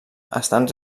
estan